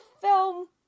film